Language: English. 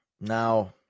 Now